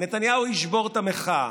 נתניהו ישבור את המחאה,